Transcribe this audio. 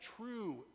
true